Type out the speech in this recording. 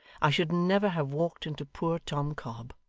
i should never have walked into poor tom cobb.